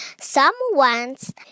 Someone's